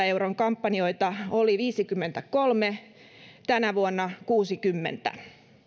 euron kampanjoita oli viisikymmentäkolme tänä vuonna kuusikymmentä